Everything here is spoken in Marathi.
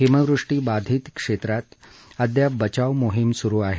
हिमवृष्टी बाधित क्षेत्रात अद्याप बचाव मोहीम सुरु आहे